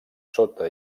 sota